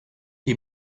die